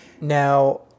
Now